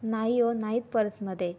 नाही हो नाहीत पर्समध्ये